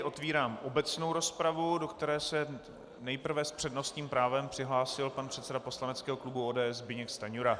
Otevírám obecnou rozpravu, do které se nejprve s přednostním právem přihlásil pan předseda poslaneckého klubu ODS Zbyněk Stanjura.